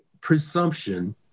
presumption